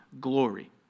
glory